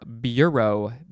bureau